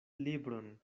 libron